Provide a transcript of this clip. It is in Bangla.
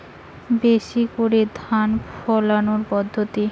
বেশি করে ধান ফলানোর পদ্ধতি?